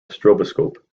stroboscope